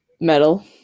Metal